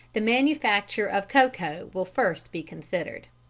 the manufacture of cocoa will first be considered.